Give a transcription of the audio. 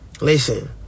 Listen